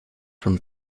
from